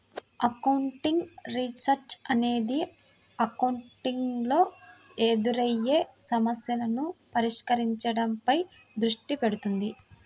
accounting research అనేది accounting లో ఎదురయ్యే సమస్యలను పరిష్కరించడంపై దృష్టి పెడుతుంది